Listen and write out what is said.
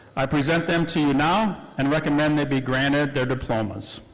i present them to you now and recommend they be granted their diplomas.